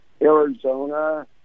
Arizona